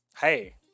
hey